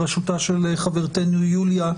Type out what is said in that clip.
בראשותה של חברתנו יוליה,